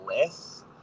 less